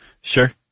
Sure